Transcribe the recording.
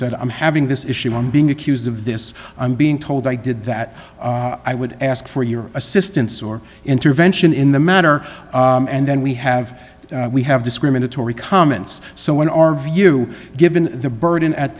said i'm having this issue i'm being accused of this i'm being told i did that i would ask for your assistance or intervention in the matter and then we have we have discriminatory comments so in our view given the burden at